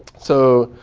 so